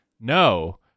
No